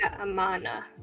Amana